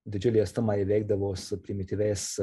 didžiulį atstumą įveikdavo su primityviais